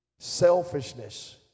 Selfishness